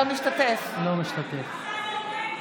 אינו משתתף בהצבעה אתה נורבגי.